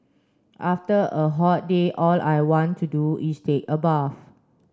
after a hot day all I want to do is take a bath